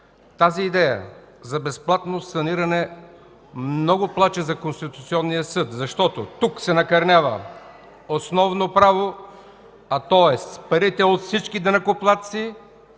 Тази идея за безплатно саниране много плаче за Конституционния съд, защото тук се накърнява основно право, а то е – с парите от всички данъкоплатци